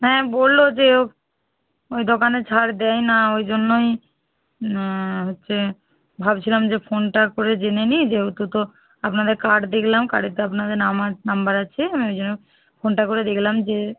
হ্যাঁ বললো যে ঐ দোকানে ছাড় দেয় না ঐজন্যই হচ্ছে ভাবছিলাম যে ফোনটা করে জেনে নিই যেহেতু তো আপনাদের কার্ড দেখলাম কার্ডেতে আপনাদের নাম আর নাম্বার আছে আমি ঐজন্য ফোনটা করে দেখলাম যে